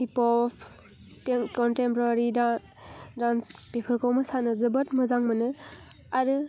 hip hop contemporary dance बेफोरखौ मोसानो जोबोद मोजां मोनो आरो